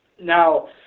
Now